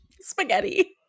spaghetti